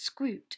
scroot